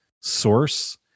source